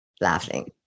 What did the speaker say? laughing